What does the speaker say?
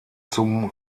zum